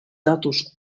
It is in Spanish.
datos